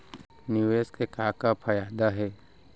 निवेश के का का फयादा हे?